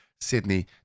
Sydney